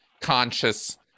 conscious